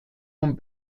von